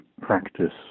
practice